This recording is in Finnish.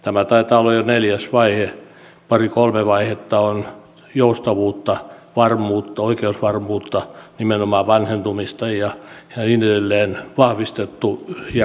tämä taitaa olla jo neljäs vaihe pari kolme vaihetta on joustavuutta oikeusvarmuutta vahvistettu nimenomaan vanhentumista korjattu ja niin edelleen